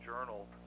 Journal